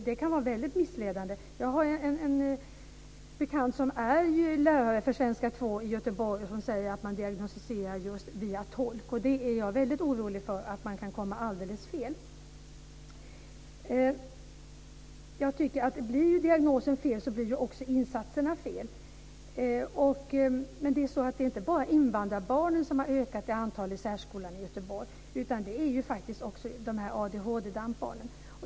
Det kan vara väldigt missledande. Jag har en bekant som är lärare för svenska 2 i Göteborg som säger att man diagnostiserar just via tolk. Jag är väldigt orolig för att man kan komma alldeles fel. Blir diagnosen fel blir också insatserna fel. Det är inte bara invandrarbarnen som har ökat i antal i särskolan i Göteborg, utan det är faktiskt också ADHD och DAMP-barnen.